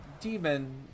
Demon